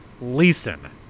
Leeson